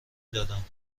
دادم